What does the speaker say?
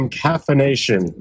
caffeination